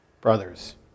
brothers